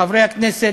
חברי הכנסת,